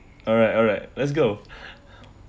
alright alright let's go